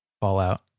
Fallout